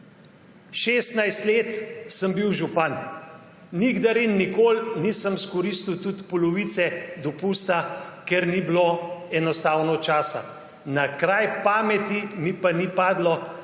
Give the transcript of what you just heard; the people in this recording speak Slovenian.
16 let sem bil župan. Nikdar in nikoli nisem izkoristil tudi polovice dopusta, ker enostavno ni bilo časa. Na kraj pameti mi pa ni padlo,